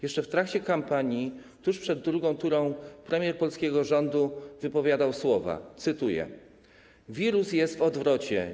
Jeszcze w trakcie kampanii tuż przed drugą turą premier polskiego rządu wypowiedział słowa: Wirus jest w odwrocie.